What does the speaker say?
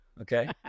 Okay